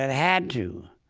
ah had to.